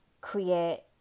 create